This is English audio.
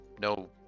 no